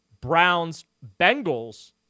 Browns-Bengals